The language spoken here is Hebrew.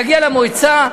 להגיע למועצה,